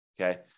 Okay